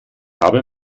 habe